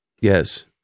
Yes